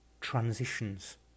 transitions